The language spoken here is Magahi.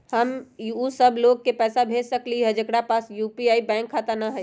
हम उ सब लोग के पैसा भेज सकली ह जेकरा पास यू.पी.आई बैंक खाता न हई?